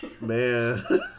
man